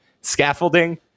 scaffolding